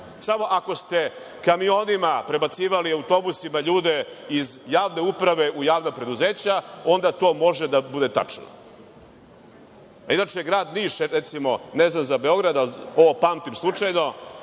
Samo ako ste kamionima prebacivali ljude iz javne uprave u javna preduzeća onda to može da bude tačno. Inače, Grad Niš, ne znam za Beograd, ovo pamtim slučajno,